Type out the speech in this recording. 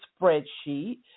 spreadsheet